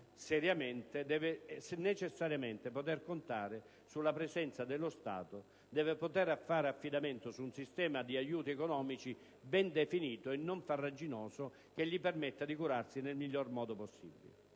seriamente, deve necessariamente poter contare sulla presenza dello Stato, deve poter fare affidamento su un sistema di aiuti economici ben definito e non farraginoso che gli permetta di curarsi nel miglior modo possibile.